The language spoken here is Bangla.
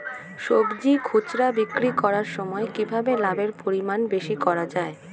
সবজি খুচরা বিক্রি করার সময় কিভাবে লাভের পরিমাণ বেশি করা যায়?